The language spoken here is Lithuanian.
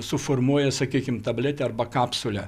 suformuoja sakykim tabletę arba kapsulę